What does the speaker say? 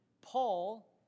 Paul